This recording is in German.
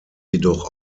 jedoch